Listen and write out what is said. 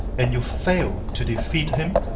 and you fail to defeat him,